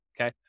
Okay